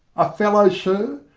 a fellow, sir,